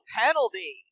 penalty